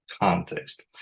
context